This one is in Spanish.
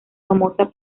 famosa